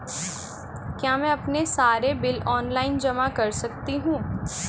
क्या मैं अपने सारे बिल ऑनलाइन जमा कर सकती हूँ?